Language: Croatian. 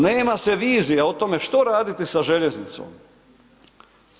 Nema se vizija o tome što radite sa željeznicom.